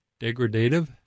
degradative